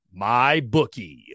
MyBookie